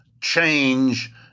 change